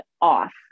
off